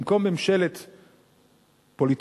במקום ממשלת פוליטיקאים,